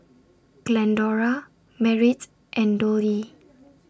Glendora Merritt and Dollye